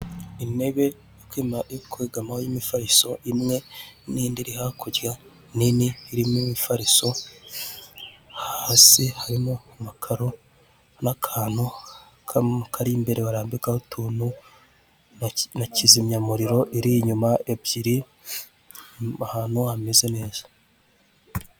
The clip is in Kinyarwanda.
Intebe yo kwegamaho y'ifariso imwe n'indi iri hakurya nini irimo imifariso hasi harimo amakaro n'akantu kari imbere bararambika utuntu na kizimyamuriro iri inyuma ebyiri ahantu hameze neza.